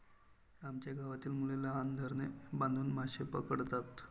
आमच्या गावातील मुले लहान धरणे बांधून मासे पकडतात